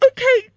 Okay